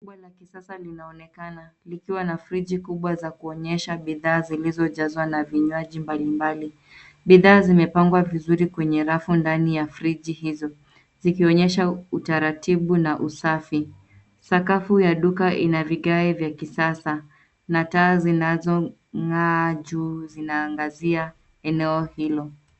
Kubwa la kisasa linaonekana, likiwa na friji kubwa za kuonyesha bidhaa zilizojazwa na vinywaji mbali mbali. Bidhaa zimepangwa vizuri kwenye rafu ndani ya friji hizo, zikionyesha utaratibu na usafi. Sakafu ya duka ina vigae vya kisasa na taa zinazong'aa juu zinaangazia eneo hilo.